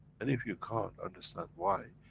and if you can't understand why,